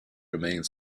remained